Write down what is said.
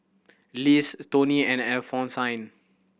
Liz Tony and Alphonsine